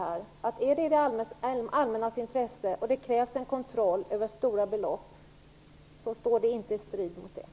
Om det ligger i det allmännas intresse och det krävs en kontroll över stora belopp, strider det inte mot konventionen.